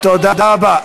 תודה רבה.